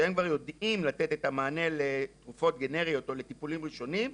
שהם כבר יודעים לתת את המענה לתרופות גנריות או לטיפולים ראשוניים,